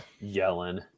yelling